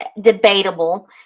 debatable